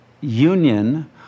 union